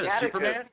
Superman